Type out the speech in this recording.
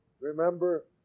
remember